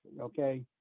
okay